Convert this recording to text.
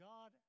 God